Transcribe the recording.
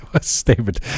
statement